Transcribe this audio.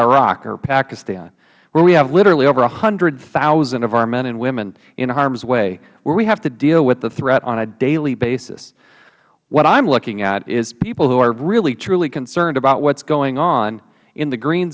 iraq or pakistan where we have literally over one hundred thousand of our men and women in harm's way where we have to deal with the threat on a daily basis what i am looking at is people who are really truly concerned about what is going on in the green